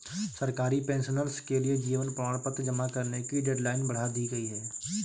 सरकारी पेंशनर्स के लिए जीवन प्रमाण पत्र जमा करने की डेडलाइन बढ़ा दी गई है